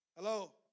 Hello